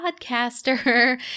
podcaster